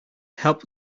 help